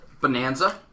Bonanza